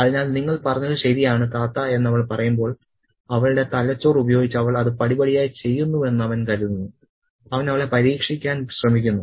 അതിനാൽ നിങ്ങൾ പറഞ്ഞത് ശരിയാണ് താത്ത എന്ന് അവൾ പറയുമ്പോൾ അവളുടെ തലച്ചോർ ഉപയോഗിച്ച് അവൾ അത് പടിപടിയായി ചെയ്യുന്നുവെന്ന് അവൻ കരുതുന്നു അവൻ അവളെ പരീക്ഷിക്കാൻ ശ്രമിക്കുന്നു